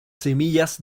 semillas